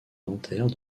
dentaire